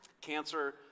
Cancer